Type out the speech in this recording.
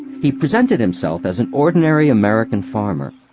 he presented himself as an ordinary american farmer.